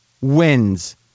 wins